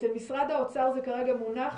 אצל משרד האוצר זה כרגע מונח,